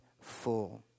full